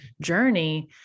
journey